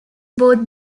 both